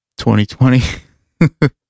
2020